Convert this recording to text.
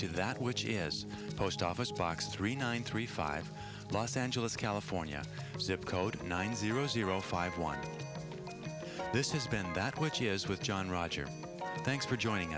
to that which is post office box three nine three five los angeles california zip code nine zero zero five one this is bend that which is with john roger thanks for joining